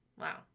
Wow